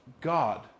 God